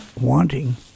wanting